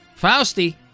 Fausti